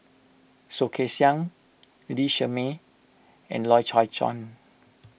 Soh Kay Siang Lee Shermay and Loy Chye Chuan